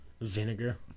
vinegar